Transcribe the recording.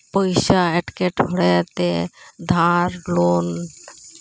ᱯᱚᱭᱥᱟ ᱮᱴᱠᱮᱴᱚᱬᱮ ᱛᱮ ᱫᱷᱟᱨ ᱞᱳᱱ